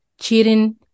Cheating